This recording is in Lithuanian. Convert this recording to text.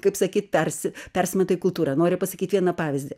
kaip sakyt persi persimeta į kultūrą noriu pasakyt vieną pavyzdį